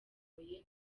amatwi